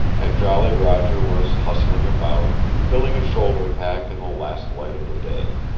and jolly roger was hustling about, filling a shoulder-pack in the last light of the day.